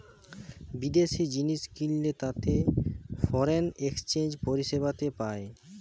বিদেশি জিনিস কিনলে তাতে ফরেন এক্সচেঞ্জ পরিষেবাতে পায়